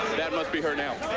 that must be her now.